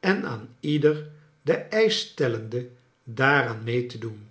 en aan een ieder den eisch stellende daaraan mee te doen